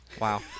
Wow